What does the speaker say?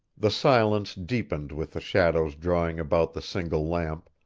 the silence deepened with the shadows drawing about the single lamp,